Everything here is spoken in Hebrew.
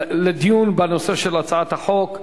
לדיון בנושא הצעת החוק,